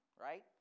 right